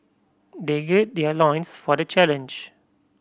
they gird their loins for the challenge